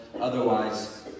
Otherwise